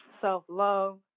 self-love